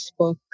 Facebook